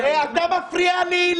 אתה מפריע לי.